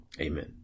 Amen